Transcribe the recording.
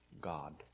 God